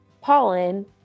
pollen